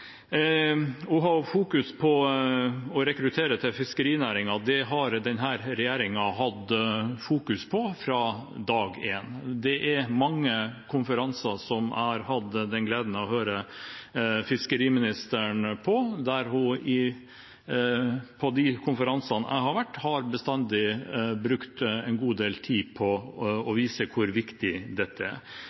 Å rekruttere til fiskerinæringen har denne regjeringen fokusert på fra dag 1. Det er mange konferanser der jeg har hatt den glede å høre på fiskeriministeren, og på de konferansene jeg har vært, har hun bestandig brukt en god del tid på å vise hvor viktig dette er.